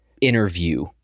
interview